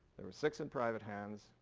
there were six in private hands,